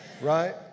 right